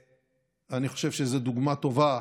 ואני חושב שזו דוגמה טובה,